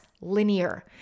linear